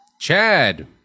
Chad